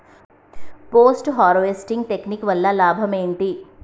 Post harvesting technique వల్ల లాభం ఏంటి?